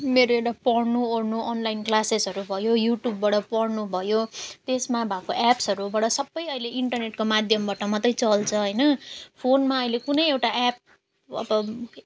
मेरो एउटा पढ्नु ओर्नु अनलाइन क्लासेसहरू भयो युट्युबबाट पढ्नु भयो त्यसमा भएको एप्सहरूबाट सब अहिले इन्टरनेटको माध्यमबाट मात्र चल्छ होइन फोनमा अहिले कुनै एउटा एप अब